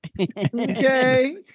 Okay